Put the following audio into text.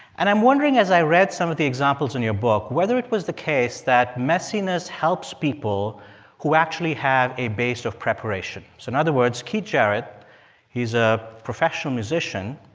and i'm wondering as i read some of the examples in your book whether it was the case that messiness helps people who actually have a base of preparation. so in other words, keith jarrett he's a professional musician.